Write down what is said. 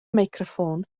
meicroffon